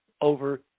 over